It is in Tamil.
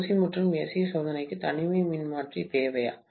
OC மற்றும் SC சோதனைக்கு தனிமை மின்மாற்றி தேவையா